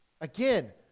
Again